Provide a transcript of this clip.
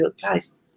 guys